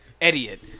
Idiot